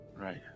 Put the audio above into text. Right